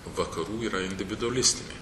vakarų yra individualistinė